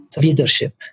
leadership